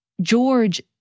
George